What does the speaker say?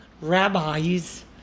rabbis